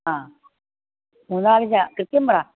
ആ മൂവായിരാണോ കൃത്യം പറ